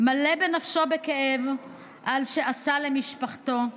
נפשו מלאה בכאב על שעשה למשפחתו,